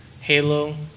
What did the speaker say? Halo